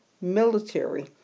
military